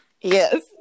Yes